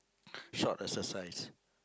short exercise